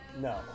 no